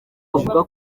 avuga